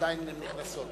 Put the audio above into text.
בבקשה.